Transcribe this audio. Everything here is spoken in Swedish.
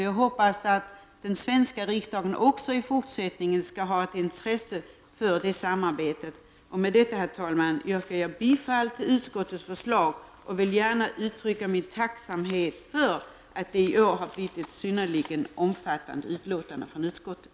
Jag hoppas att den svenska riksdagen också i fortsättningen skall ha ett intresse för det samarbetet. Med detta, herr talman, yrkar jag bifall till utskottets hemställan, och jag vill gärna uttrycka min tacksamhet för att det i år har blivit ett synnerligen omfattande betänkande från utskottet.